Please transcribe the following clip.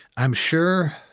i'm sure